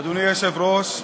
אדוני היושב-ראש,